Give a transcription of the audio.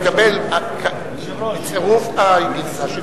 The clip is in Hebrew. התקבל בצירוף הגרסה,